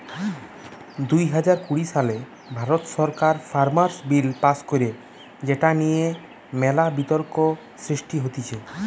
দুই হাজার কুড়ি সালে ভারত সরকার ফার্মার্স বিল পাস্ কইরে যেটা নিয়ে মেলা বিতর্ক সৃষ্টি হতিছে